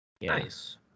nice